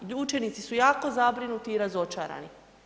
Učenici su jako zabrinuti i razočarani.